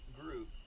group